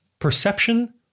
perception